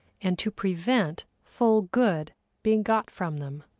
and to prevent full good being got from them.